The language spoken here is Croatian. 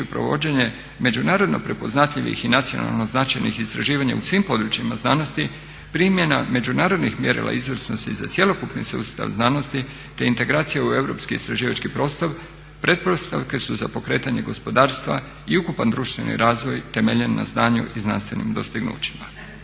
provođenje međunarodno prepoznatljivih i nacionalno značajnih istraživanja u svim područjima znanosti, primjena međunarodnih mjerila izvrsnosti za cjelokupni sustav znanosti te integracija u europski istraživački prostor, pretpostavke su za pokretanje gospodarstva i ukupan društveni razvoj temeljena na znanju i znanstvenim dostignućima.